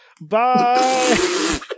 Bye